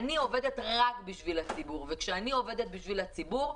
אני עובדת רק בשביל הציבור וכשאני עובדת בשביל הציבור,